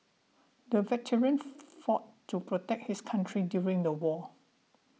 the veteran fought to protect his country during the war